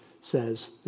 says